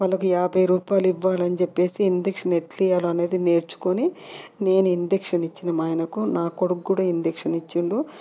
వాళ్ళకు యాభై రూపాయలు ఇవ్వాలి అని చెప్పేసి ఇంజెక్షన్ ఎలా ఇవ్వాలో అనేది నేర్చుకొని నేను ఇంజెక్షన్ ఇచ్చిన మా ఆయనకు నా కొడుకు కూడా ఇంజక్షన్ ఇచ్చిండు